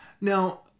Now